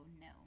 no